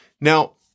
Now